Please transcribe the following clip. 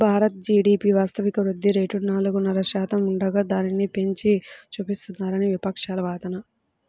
Bharat GDP వాస్తవిక వృద్ధి rate నాలుగున్నర శాతం ఉండగా దానిని పెంచి చూపిస్తున్నారని విపక్షాల వాదన